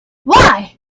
why